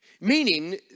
meaning